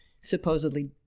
supposedly